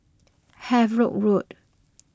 Havelock Road